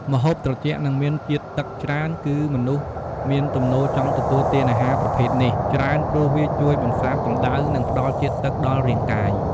ម្ហូបត្រជាក់ និងមានជាតិទឹកច្រើន គឺមនុស្សមានទំនោរចង់ទទួលទានអាហារប្រភេទនេះច្រើនព្រោះវាជួយបន្សាបកម្ដៅ និងផ្តល់ជាតិទឹកដល់រាងកាយ។